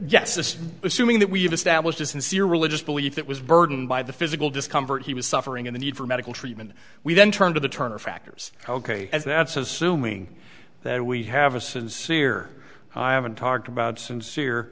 is assuming that we have established a sincere religious belief that was burdened by the physical discomfort he was suffering in the need for medical treatment we then turn to the turner factors ok as that's assuming that we have a sincere i haven't talked about sincere